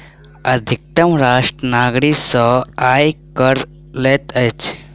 अधितम राष्ट्र नागरिक सॅ आय कर लैत अछि